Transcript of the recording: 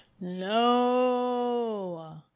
No